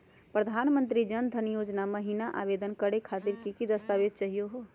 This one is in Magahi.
प्रधानमंत्री जन धन योजना महिना आवेदन करे खातीर कि कि दस्तावेज चाहीयो हो?